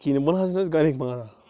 کِہیٖنٛۍ وَنہِ حظ چھِ نہٕ اَسہِ گَرٕکۍ مانان